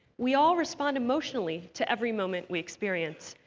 we all respond emotionally to every moment we experience.